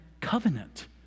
covenant